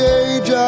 age